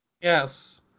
Yes